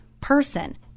person